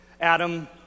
Adam